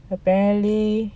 apparently